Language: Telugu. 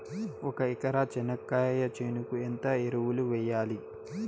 ఒక ఎకరా చెనక్కాయ చేనుకు ఎంత ఎరువులు వెయ్యాలి?